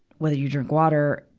whether you drink water,